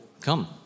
come